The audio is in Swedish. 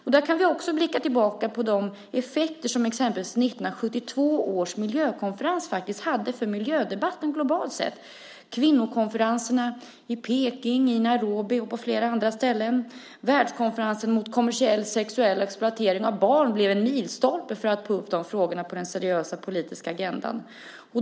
Vi kan också blicka tillbaka på de effekter som exempelvis 1972 års miljökonferens faktiskt hade för miljödebatten globalt sett, liksom kvinnokonferenserna i Beijing, i Nairobi och på flera andra ställen. Världskonferensen mot kommersiell sexuell exploatering av barn blev en milstolpe för att ta upp de frågorna på den seriösa politiska agendan.